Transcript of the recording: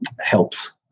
helps